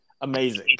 amazing